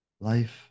Life